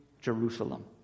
Jerusalem